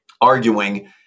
arguing